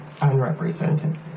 unrepresented